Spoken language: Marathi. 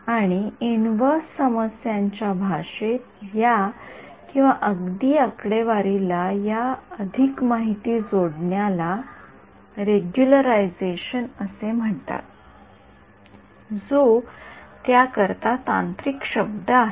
आणि इन्व्हर्स समस्यांच्या भाषेत या किंवा अगदी आकडेवारीला या अधिक माहिती जोडण्याला रेग्युलरायझेशन असे म्हणतात जो त्याकरिता तांत्रिक शब्द आहे